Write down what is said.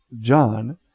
John